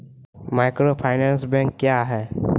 Microfinance bank क्या हैं?